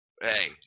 hey